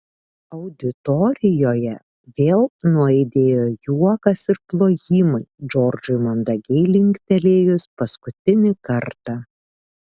auditorijoje vėl nuaidėjo juokas ir plojimai džordžui mandagiai linktelėjus paskutinį kartą